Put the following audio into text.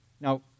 Now